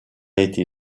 été